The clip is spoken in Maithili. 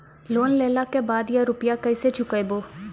लोन लेला के बाद या रुपिया केसे चुकायाबो?